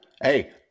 Hey